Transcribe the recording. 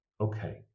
okay